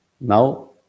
Now